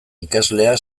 ikaslea